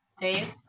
Dave